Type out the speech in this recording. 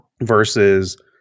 versus